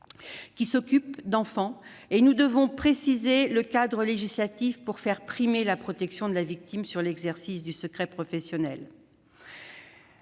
qui s'occupent d'enfants. Nous devons préciser le cadre législatif pour faire primer la protection de la victime sur l'exercice du secret professionnel.